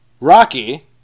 Rocky